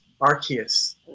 Archaeus